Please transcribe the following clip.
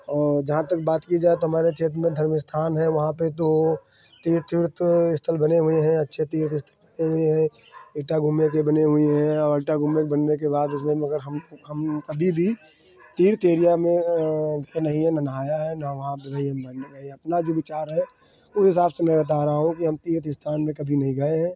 और जहाँ तक बात की जाए तो हमारे क्षेत्र में धर्म स्थान है तो वहाँ पे तो तीर्थ वीरथ स्थल बने हुए हैं अच्छे तीर्थ स्थल बने हुए हैं छोटा गुम्बद ये बने हुए हैं और आटा गुम्बद बनने के बाद उसमें में अगर हम हम कभी भी तीर्थ एरिया में कभी नहीं गए ना नहाया है ना वहाँ पे भाई हम अपना जो भी विचार है उस हिसाब से मैं बता रहा हूँ कि हम तीर्थ स्थान में कभी नहीं गए हैं